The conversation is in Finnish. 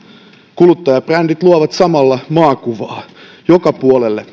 kuluttajabrändit luovat samalla maakuvaa joka puolelle